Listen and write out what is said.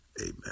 Amen